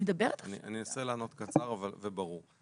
אני אנסה לענות קצר אבל ברור.